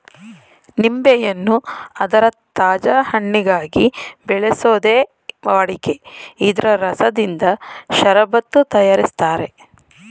ನಿಂಬೆಯನ್ನು ಅದರ ತಾಜಾ ಹಣ್ಣಿಗಾಗಿ ಬೆಳೆಸೋದೇ ವಾಡಿಕೆ ಇದ್ರ ರಸದಿಂದ ಷರಬತ್ತು ತಯಾರಿಸ್ತಾರೆ